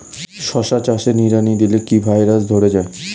শশা চাষে নিড়ানি দিলে কি ভাইরাস ধরে যায়?